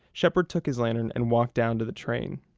shepherd took his lantern and walked down to the train.